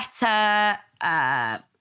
better